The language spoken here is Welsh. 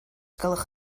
gwelwch